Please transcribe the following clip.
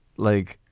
like,